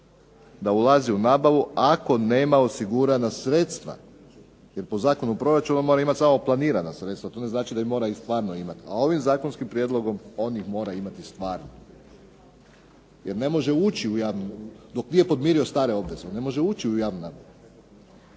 da ulazi u nabavu ako nema osigurana sredstva, jer po Zakonu o proračunu on mora imati samo planirana sredstva. To ne znači da ih mora i stvarno imati, a ovim zakonskim prijedlogom on ih mora imati stvarno. Jer ne može ući u javnu dok nije podmirio stare obveze, on ne može ući u javnu nabavu.